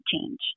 change